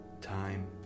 time